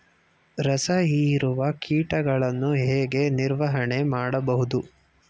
ರಸ ಹೀರುವ ಕೀಟಗಳನ್ನು ಹೇಗೆ ನಿರ್ವಹಣೆ ಮಾಡಬಹುದು?